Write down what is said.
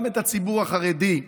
גם את הציבור החרדי,